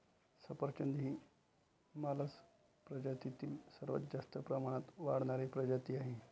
सफरचंद ही मालस प्रजातीतील सर्वात जास्त प्रमाणात वाढणारी प्रजाती आहे